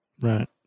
Right